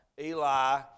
Eli